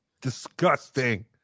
Disgusting